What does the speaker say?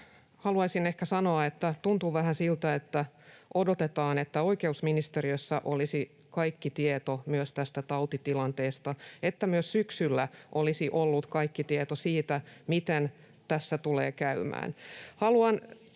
haluaisin ehkä sanoa, että tuntuu vähän siltä, että odotetaan, että oikeusministeriössä olisi kaikki tieto myös tästä tautitilanteesta, että myös syksyllä olisi ollut kaikki tieto siitä, miten tässä tulee käymään.